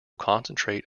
concentrate